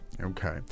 okay